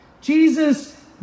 Jesus